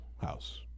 house